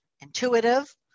intuitive